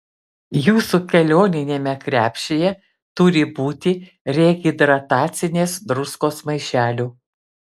jūsų kelioniniame krepšyje turi būti rehidratacinės druskos maišelių